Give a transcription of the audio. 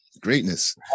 Greatness